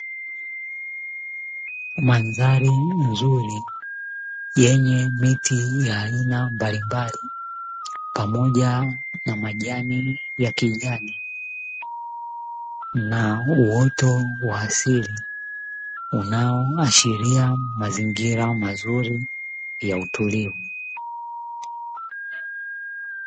Mandhari nzuri yenye miti ya aina mbalimbali pamoja na majani ya kijani, na uoto wa asili unaoashiria mazingira mazuri ya utulivu.